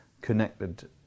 connected